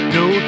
no